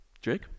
Jake